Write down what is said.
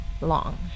long